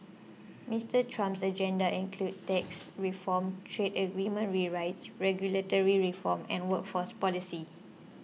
Mister Trump's agenda includes tax reform trade agreement rewrites regulatory reform and workforce policy